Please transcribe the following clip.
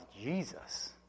Jesus